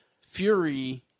Fury